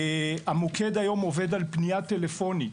המוקד היום עובד על פנייה טלפונית.